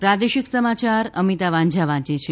પ્રાદેશિક સમાચાર અમિતા વાંઝા વાંચે છે